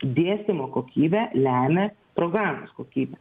dėstymo kokybę lemia programos kokybė